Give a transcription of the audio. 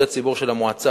ציבור זר בהקשר של עסקאות.